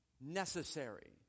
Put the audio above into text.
necessary